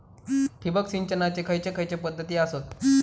ठिबक सिंचनाचे खैयचे खैयचे पध्दती आसत?